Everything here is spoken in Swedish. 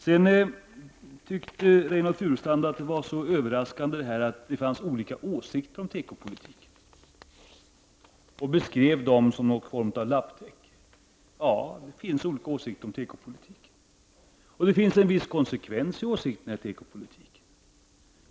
Sedan tyckte Reynoldh Furustrand att det var så överraskande att det fanns olika åsikter om tekopolitiken och beskrev dem som någon form av lapptäcke. Ja, det finns olika åsikter om tekopolitiken, och det finns en viss konsekvens i åsikterna om tekopolitiken.